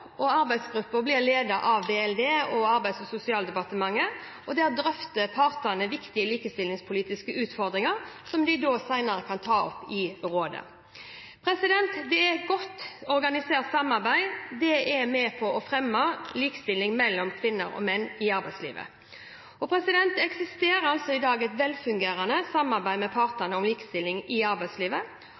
blir ledet av Barne-, likestillings- og inkluderingsdepartementet og Arbeids- og sosialdepartementet, og der drøfter partene viktige likestillingspolitiske utfordringer som de senere kan ta opp i rådet. Dette godt organiserte samarbeidet er med på å fremme likestilling mellom kvinner og menn i arbeidslivet. Det eksisterer altså i dag et velfungerende samarbeid med partene om likestilling i arbeidslivet.